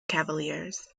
cavaliers